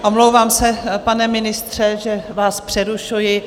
Omlouvám se, pane ministře, že vás přerušuji.